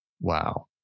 Wow